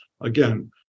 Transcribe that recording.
again